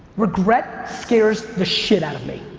regret scares the shit out of me.